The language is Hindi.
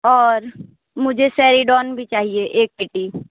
और मुझे सेरिडॉन भी चाहिए एक पेटी